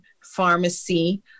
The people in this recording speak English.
pharmacy